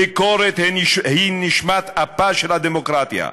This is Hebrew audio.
ביקורת היא נשמת אפה של הדמוקרטיה,